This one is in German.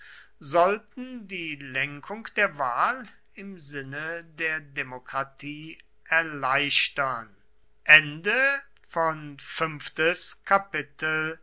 sollten die lenkung der wahl im sinne der demokratie erleichtern